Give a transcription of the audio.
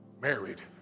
married